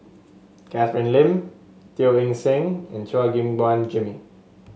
Catherine Lim Teo Eng Seng and Chua Gim Guan Jimmy